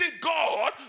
God